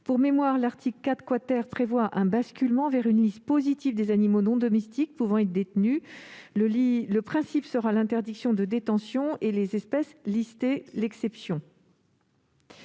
Pour mémoire, l'article 4 prévoit un basculement vers une liste positive des animaux non domestiques pouvant être détenus, dont le principe est l'interdiction de détention et les espèces listées l'exception.